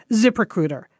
ZipRecruiter